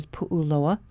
Pu'uloa